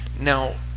Now